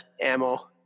ammo